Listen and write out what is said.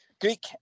Greek